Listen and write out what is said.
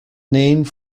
named